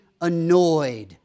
annoyed